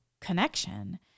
connection